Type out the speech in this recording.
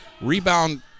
Rebound